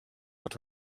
hat